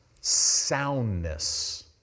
soundness